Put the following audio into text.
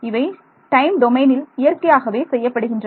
இவை டைம் டொமைனில் இயற்கையாகவே செய்யப்படுகின்றன